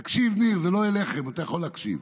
תקשיב, ניר, זה לא אליכם, אתה יכול להקשיב.